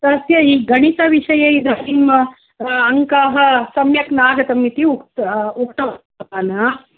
तस्य इ गणितविषये इदानीम् अङ्कः सम्यक् न आगतः इति उक्त् उक्तवान्